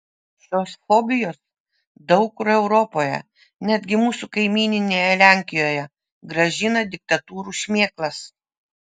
šios fobijos daug kur europoje netgi mūsų kaimyninėje lenkijoje grąžina diktatūrų šmėklas